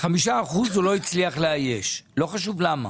5% הוא לא הצליח לאייש לא חשוב למה,